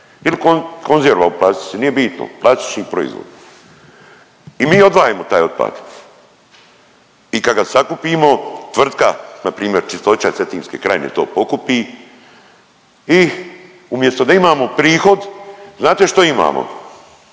il konzerva u plastici, nije bitno, plastični proizvod i mi odvajamo taj otpad i kad ga sakupimo tvrtka npr. Čistoća cetinske krajine to pokupi i umjesto da imamo prihod, znate što imamo